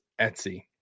Etsy